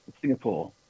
Singapore